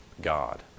God